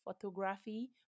photography